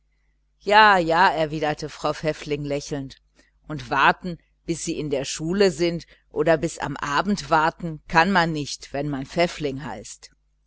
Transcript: ja ja erwiderte frau pfäffling lächelnd und warten bis sie in der schule sind oder bis am abend warten kann man nicht wenn man pfäffling heißt